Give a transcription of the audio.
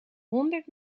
honderd